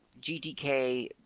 GTK